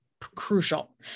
crucial